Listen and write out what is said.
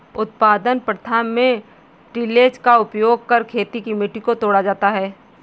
उत्पादन प्रथा में टिलेज़ का उपयोग कर खेत की मिट्टी को तोड़ा जाता है